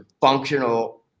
functional